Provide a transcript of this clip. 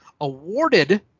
awarded